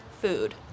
food